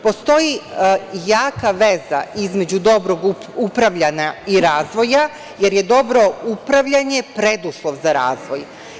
Postoji jaka veza između dobrog upravljanja i razvoja, jer je dobro upravljanje preduslov za razvoj.